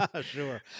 Sure